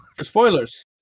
Spoilers